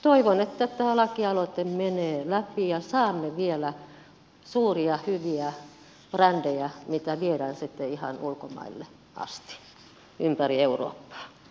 toivon että tämä lakialoite menee läpi ja saamme vielä suuria hyviä brändejä joita viedään sitten ihan ulkomaille asti ympäri eurooppaa